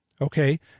okay